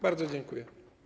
Bardzo dziękuję.